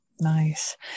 Nice